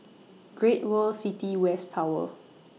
Great World City West Tower